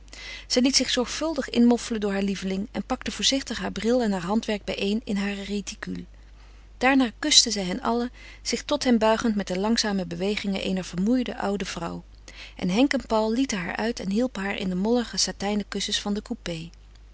zij liet zich zorgvuldig inmoffelen door haar lieveling en pakte voorzichtig haar bril en haar handwerk bijeen in hare réticule daarna kuste zij hen allen zich tot hen buigend met de langzame bewegingen eener vermoeide oude vrouw en henk en paul lieten haar uit en hielpen haar in de mollige satijnen kussens van den coupé